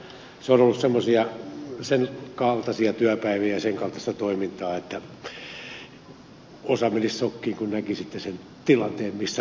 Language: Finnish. se on ollut sen kaltaisia työpäiviä ja sen kaltaista toimintaa että osa menisi sokkiin kun näkisivät sen tilanteen missä oltiin silloin